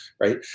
right